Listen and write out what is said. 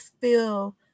feel